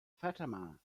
fatima